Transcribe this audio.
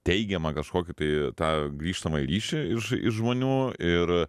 teigiamą kažkokį tai tą grįžtamąjį ryšį iš žmonių ir